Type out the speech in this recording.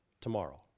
tomorrow